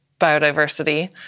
biodiversity